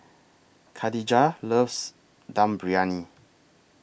Kadijah loves Dum Briyani